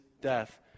death